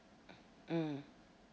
mm